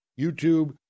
YouTube